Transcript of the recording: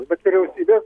bet vyriausybė